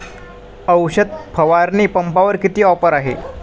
औषध फवारणी पंपावर किती ऑफर आहे?